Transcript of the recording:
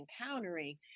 encountering